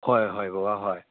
ꯍꯣꯏ ꯍꯣꯏ ꯕꯕꯥ ꯍꯣꯏ